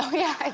yeah,